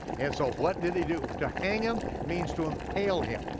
and so, what did he do, to hang him means to impale him.